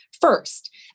first